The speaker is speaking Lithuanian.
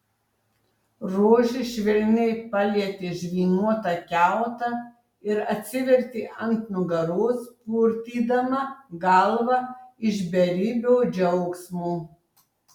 rožė švelniai palietė žvynuotą kiautą ir atsivertė ant nugaros purtydama galvą iš beribio džiaugsmo